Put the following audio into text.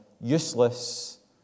useless